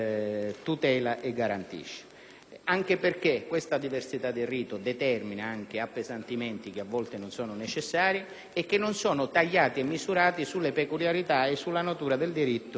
Peraltro, tale diversità di rito determina appesantimenti a volte non necessari e che non sono tagliati e misurati sulle peculiarità e sulla natura del diritto oggetto di controversia.